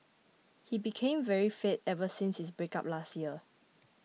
he became very fit ever since his breakup last year